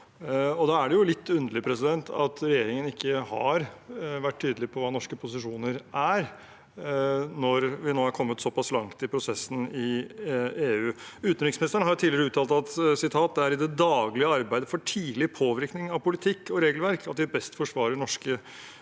26. apr. – Muntlig spørretime 2023 gjeringen ikke har vært tydelig på hva norske posisjoner er, når vi nå er kommet såpass langt i prosessen i EU. Utenriksministeren har tidligere uttalt: «Det er i det daglige arbeidet for tidlig påvirkning av politikk og regelverk vi best fremmer norske interesser»,